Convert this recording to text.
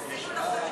בבקשה.